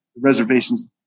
reservations